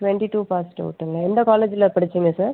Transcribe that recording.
twenty two passed அவுட்டுங்களா எந்த காலேஜ்ஜில் படிச்சீங்கள் சார்